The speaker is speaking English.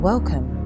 Welcome